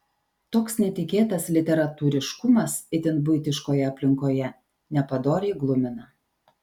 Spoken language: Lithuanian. toks netikėtas literatūriškumas itin buitiškoje aplinkoje nepadoriai glumina